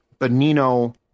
Benino